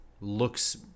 looks